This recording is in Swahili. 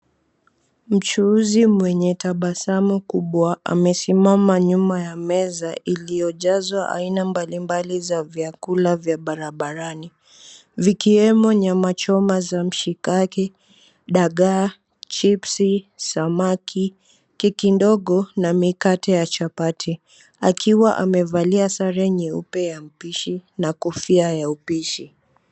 Mchuuzi mwenye tabasamu kubwa amesimama nyuma ya meza iliyojazwa aina mbalimbali za vyakula vya barabarani. Vikiwemo nyama choma za mshikaki, dagaa, chipsi, samaki keki ndogo na mikate ya chapati. Akiwa amevalia sare nyeupe ya mpishi na kofia ya upishi.